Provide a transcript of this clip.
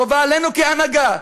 חובה עלינו כהנהגה,